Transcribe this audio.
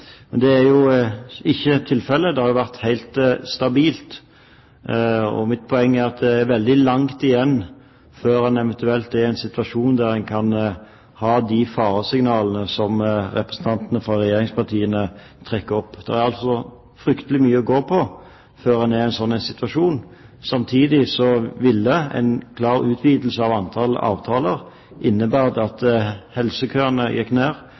Men det er jo ikke tilfellet, det har jo vært helt stabilt, og mitt poeng er at det er veldig langt igjen før en eventuelt er i en situasjon med de faresignalene som representantene fra regjeringspartiene trekker opp. Det er altså fryktelig mye å gå på før en er i en slik situasjon. Samtidig ville en klar utvidelse av antall avtaler innebåret at helsekøene gikk ned,